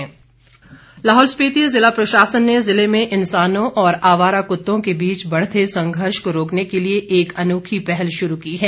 नई पहल लाहौल स्पिति जिला प्रशासन ने जिले में इंसानों और आवारा कुत्तों के बीच बढ़ते संघर्ष को रोकने के लिए एक अनोखी पहल शुरू की है